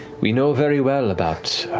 we know very well about